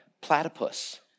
platypus